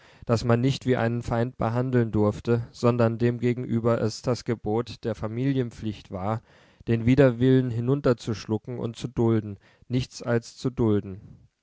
das man nicht wie einen feind behandeln durfte sondern demgegenüber es das gebot der familienpflicht war den widerwillen hinunterzuschlucken und zu dulden nichts als zu dulden